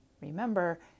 Remember